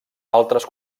altres